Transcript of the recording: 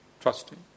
Trusting